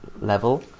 level